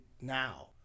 now